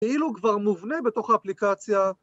‫כאילו הוא כבר מובנה בתוך האפליקציה.